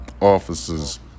officers